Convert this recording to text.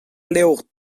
levr